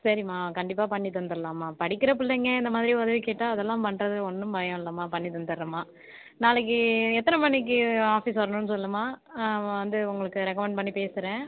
சரிம்மா கண்டிப்பாக பண்ணித்தந்துடலாம்மா படிக்கிற பிள்ளைங்க இந்த மாதிரி உதவி கேட்டால் அதெல்லாம் பண்ணுறது ஒன்றும் பயம் இல்லைம்மா பண்ணித்தத்துடுறேன்மா நாளைக்கு எத்தனை மணிக்கு ஆஃபிஸ் வரணுன்னு சொல்லுமா வந்து உங்களுக்கு ரெக்கமண்ட் பண்ணி பேசுறேன்